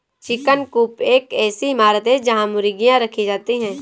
chicken coop एक ऐसी इमारत है जहां मुर्गियां रखी जाती हैं